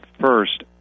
first